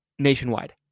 Nationwide